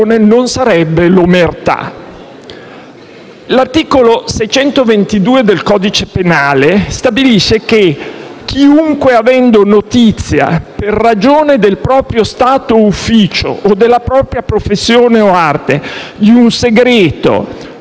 non sarebbe l'omertà. L'articolo 622 del codice penale stabilisce che: «Chiunque, avendo notizia, per ragione del proprio stato o ufficio, o della propria professione o arte, di un segreto,